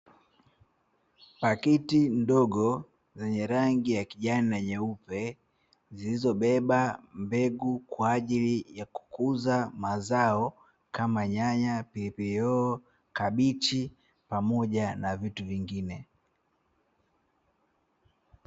Pakiti ndogo zenye rangi ya kijani na nyeupe, zilizobeba mbegu kwa ajili ya kukuza mazao kama; nyanya, pilipili hoho, kabichi pamoja na vitu nyingine.